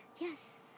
Yes